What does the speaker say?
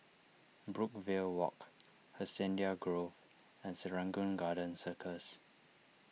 Brookvale Walk Hacienda Grove and Serangoon Garden Circus